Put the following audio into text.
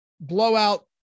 blowout